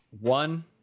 One